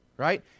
right